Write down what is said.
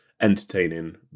entertaining